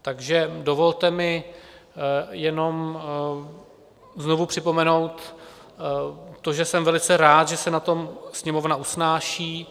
Takže dovolte mi jenom znovu připomenout to, že jsem velice rád, že se na tom Sněmovna usnáší.